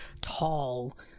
tall